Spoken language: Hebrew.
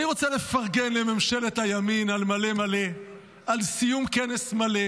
אני רוצה לפרגן לממשלת הימין על מלא מלא על סיום כנס מלא